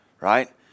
right